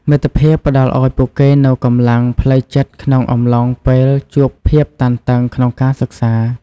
មិត្តភាពផ្តល់ឱ្យពួកគេនូវកម្លាំងផ្លូវចិត្តក្នុងអំឡុងពេលជួបភាពតានតឹងក្នុងការសិក្សា។